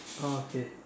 oh okay